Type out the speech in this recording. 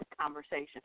conversation